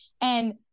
And-